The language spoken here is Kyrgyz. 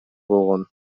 болгон